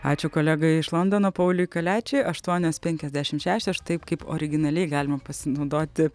ačiū kolegai iš londono pauliui kaliačiui aštuonios penkiasdešim šešios štaip kaip originaliai galima pasinaudoti